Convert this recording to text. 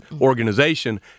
organization